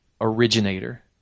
originator